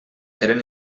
eren